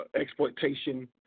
exploitation